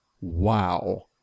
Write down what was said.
wow